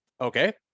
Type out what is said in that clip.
Okay